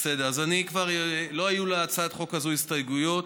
לא היו להצעת החוק הזאת הסתייגויות.